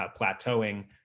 plateauing